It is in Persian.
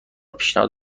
پیشنهاد